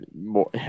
more